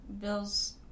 Bill's